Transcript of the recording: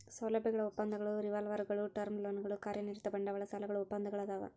ಸೌಲಭ್ಯಗಳ ಒಪ್ಪಂದಗಳು ರಿವಾಲ್ವರ್ಗುಳು ಟರ್ಮ್ ಲೋನ್ಗಳು ಕಾರ್ಯನಿರತ ಬಂಡವಾಳ ಸಾಲಗಳು ಒಪ್ಪಂದಗಳದಾವ